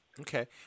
Okay